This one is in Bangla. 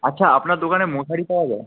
আচ্ছা আপনার দোকানে মশারি পাওয়া যায়